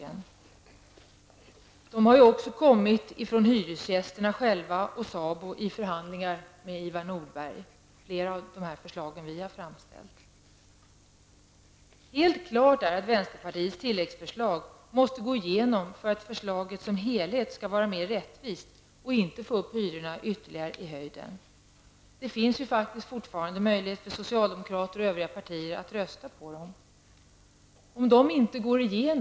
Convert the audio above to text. Flera av de förslag som vi har framställt har också förts fram av hyresgästerna själva och SABO i förhandlingar med Ivar Det är helt uppenbart att vänsterpartiets tilläggsförslag måste antas för att förslaget som helhet skall vara mer rättvist och för att inte få upp hyrorna mer i höjden. Det finns fortfarande möjlighet för socialdemokraterna och övriga partier att rösta för dessa förslag.